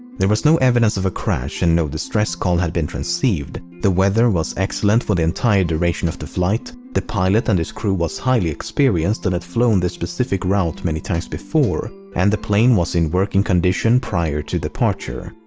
there was no evidence of a crash and no distress call had been transceived the weather was excellent for the entire duration of the flight the pilot and his crew was highly experienced and had flown this specific route many times before and the plane was in working condition prior to departure.